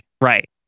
Right